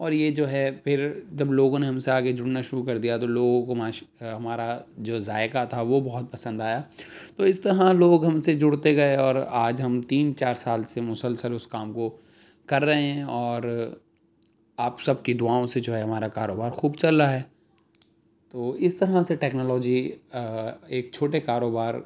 اور یہ جو ہے پھر جب لوگوں نے ہم سے آکے جڑنا شروع کر دیا تو لوگوں کو ہمارا جو ذائقہ تھا وہ بہت پسند آیا تو اس طرح لوگ ہم سے جڑتے گئے اور آج ہم تین چار سال سے مسلسل اس کام کو کر رہے ہیں اور آپ سب کی دعاؤں سے جو ہے ہمارا کاروبار خوب چل رہا ہے تو اس طرح سے ٹیکنالوجی ایک چھوٹے کاروبار